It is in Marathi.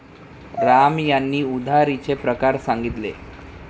राम यांनी उधारीचे प्रकार सांगितले